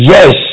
Yes